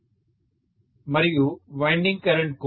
student మరియు winding current కూడా